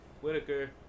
Whitaker